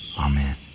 Amen